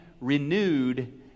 renewed